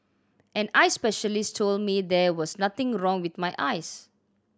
an eye specialist told me there was nothing wrong with my eyes